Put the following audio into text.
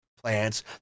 plants